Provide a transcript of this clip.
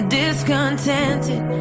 discontented